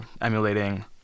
emulating